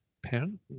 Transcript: parent